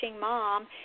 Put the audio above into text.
mom